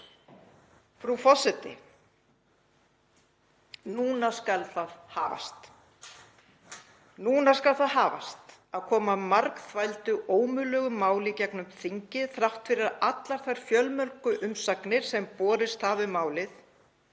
Frú forseti. Núna skal það hafast að koma margþvældu og ómögulegu máli í gegnum þingið þrátt fyrir að allar þær fjölmörgu umsagnir sem borist hafa um málið,